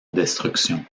destruction